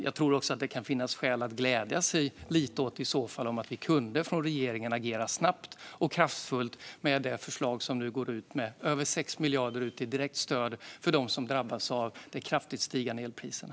Jag tycker att det finns skäl att glädja sig åt att vi från regeringen kunde agera snabbt och kraftfullt med det förslag som nu går ut med över 6 miljarder i direkt stöd till dem som drabbas av de kraftigt stigande elpriserna.